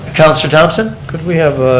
councilor thomson. could we have